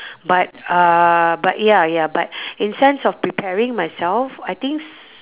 but uh but ya ya but in sense of preparing myself I think s~